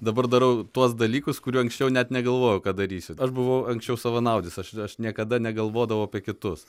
dabar darau tuos dalykus kurių anksčiau net negalvojau kad darysiu aš buvau anksčiau savanaudis aš aš niekada negalvodavau apie kitus